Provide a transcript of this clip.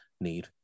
Need